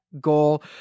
goal